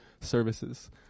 services